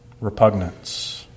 repugnance